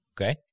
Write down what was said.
Okay